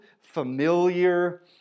familiar